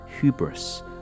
hubris